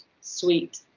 sweet